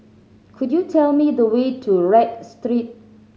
could you tell me the way to Read Street